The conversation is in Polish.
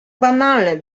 banalne